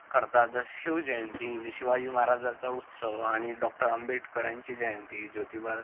करतात जश शिवजयंती जे शिवाजी महाराजांचा उत्सव आणि डॉक्टर आंबेडकर यांची जयंती ज्योतिबा